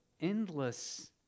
endless